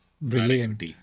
Brilliant